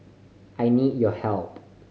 I need your help